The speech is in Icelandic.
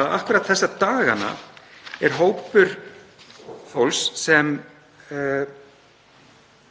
akkúrat þessa dagana er hópur fólks